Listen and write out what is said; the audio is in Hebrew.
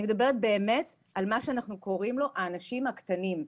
אני מדברת על "האנשים הקטנים".